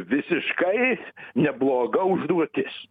visiškai nebloga užduotis